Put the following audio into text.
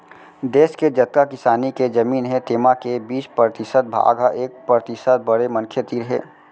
देस के जतका किसानी के जमीन हे तेमा के बीस परतिसत भाग ह एक परतिसत बड़े मनखे तीर हे